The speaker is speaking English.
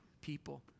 people